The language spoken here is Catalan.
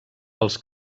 pels